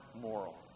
moral